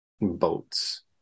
boats